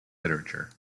literature